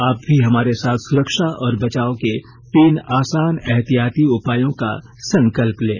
आप भी हमारे साथ सुरक्षा और बचाव के तीन आसान एहतियाती उपायों का संकल्प लें